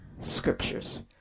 scriptures